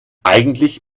eigentlich